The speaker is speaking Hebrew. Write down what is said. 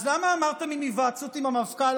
אז למה אמרתם "היוועצות עם המפכ"ל",